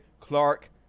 Clark